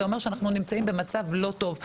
זה אומר שאנחנו נמצאים במצב לא טוב.